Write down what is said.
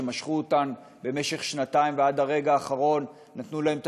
שמשכו אותן במשך שנתיים ועד הרגע האחרון נתנו להן את